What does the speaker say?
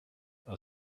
are